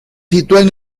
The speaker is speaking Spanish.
sitúan